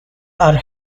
are